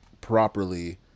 properly